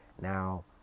Now